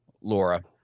Laura